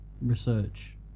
research